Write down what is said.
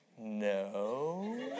no